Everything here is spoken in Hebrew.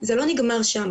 זה לא נגמר שם,